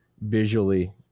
Visually